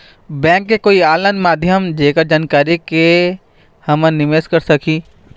Bank के कोई online माध्यम जेकर से जानकारी के के हमन निवेस कर सकही?